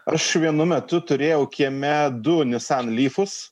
aš vienu metu turėjau kieme du nissan lyfus